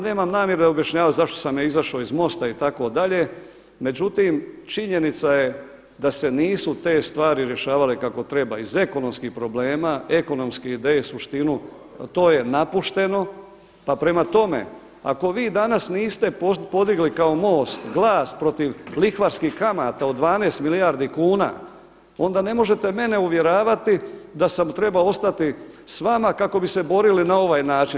Nemam namjeru objašnjavati zašto sam ja izašao iz MOST-a itd., međutim činjenica je da se nisu te stvari rješavale kako treba iz ekonomskih problema, ekonomske ideje, suštinu, to je napušteno, pa prema tome ako vi danas niste podigli kao MOST glas protiv lihvarskih kamata od 12 milijardi kuna onda ne možete mene uvjeravati da sam trebao ostati s vama kako bi se borili na ovaj način.